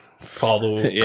follow